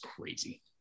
crazy